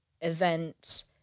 event